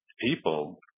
people